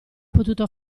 potuto